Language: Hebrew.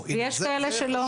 ויש כאלה שלא.